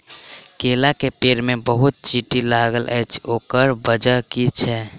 केला केँ पेड़ मे बहुत चींटी लागल अछि, ओकर बजय की छै?